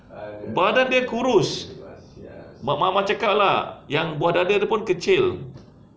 badan dia kurus maaf maaf cakap lah yang buah dada dia pun kecil